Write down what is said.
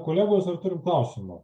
kolegos ar turim klausimų